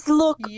look